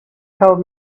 told